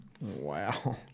Wow